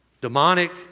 demonic